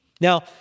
Now